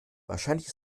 wahrscheinlich